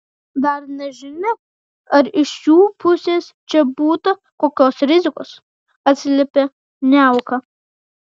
dar nežinia ar iš jų pusės čia būta kokios rizikos atsiliepė niauka